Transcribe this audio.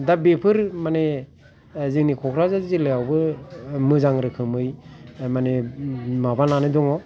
दा बेफोर माने जोंनि कक्राझार जिल्लायावबो मोजां रोखोमै माबानानै दङ